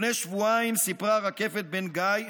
לפני שבועיים סיפרה רקפת בן גיא,